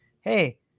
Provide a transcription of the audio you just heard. hey